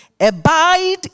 abide